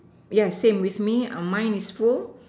yes same with me mine is full